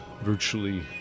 virtually